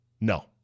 No